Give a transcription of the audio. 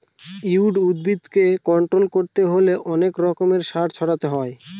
weed উদ্ভিদকে control করতে হলে অনেক রকমের সার ছড়াতে হয়